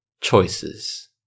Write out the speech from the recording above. choices